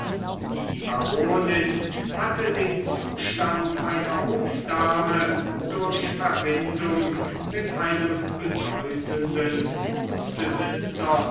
die baronin hatte den zustand einer hofdame durch verbindung mit einem bedeutenden